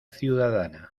ciudadana